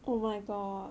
oh my god